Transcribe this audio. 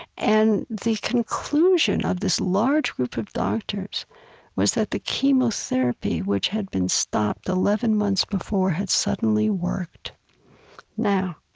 and the conclusion of this large group of doctors was that the chemotherapy, which had been stopped eleven months before, had suddenly worked now,